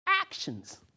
actions